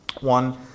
One